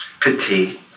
petite